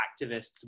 activists